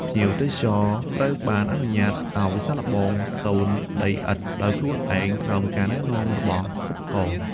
ភ្ញៀវទេសចរត្រូវបានអនុញ្ញាតឱ្យ សាកល្បង សូនដីឥដ្ឋដោយខ្លួនឯងក្រោមការណែនាំរបស់សិប្បករ។